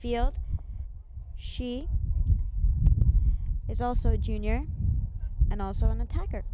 field she is also a junior and also an attack